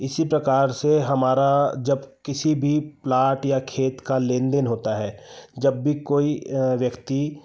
इसी प्रकार से हमारा जब किसी भी प्लाट या खेत का लेन देन होता है जब भी कोई व्यक्ति